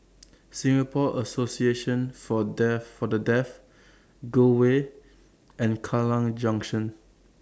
Singapore Association For The Deaf Gul Way and Kallang Junction